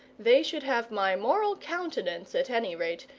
they should have my moral countenance at any rate,